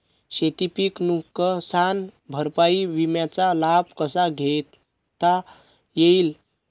शेतीपीक नुकसान भरपाई विम्याचा लाभ मला कसा घेता येईल?